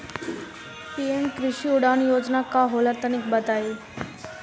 PM Krishi Udan Yojana का होला तनि बताई?